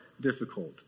difficult